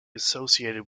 associated